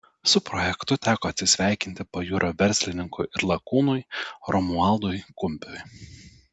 su projektu teko atsisveikinti pajūrio verslininkui ir lakūnui romualdui kumpiui